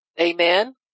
Amen